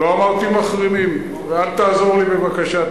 לא אמרתי "מחרימים", ואל תעזור לי, בבקשה.